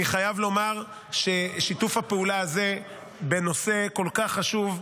אני חייב לומר ששיתוף הפעולה הזה בנושא כל כך חשוב,